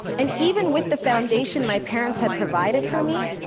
and even with the foundation my parents had provided for me,